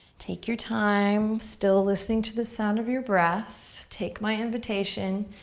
take your time. still listening to the sound of your breath. take my invitation,